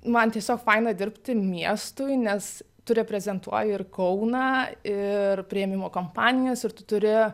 man tiesiog faina dirbti miestui nes tu reprezentuoji ir kauną ir priėmimo kompanijas ir tu turi